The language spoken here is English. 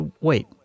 Wait